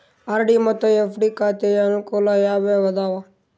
RD ಮತ್ತು FD ಖಾತೆಯ ಅನುಕೂಲ ಯಾವುವು ಅದಾವ?